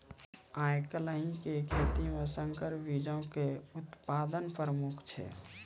आइ काल्हि के कृषि मे संकर बीजो के उत्पादन प्रमुख छै